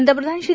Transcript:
पंतप्रधान श्री